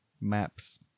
maps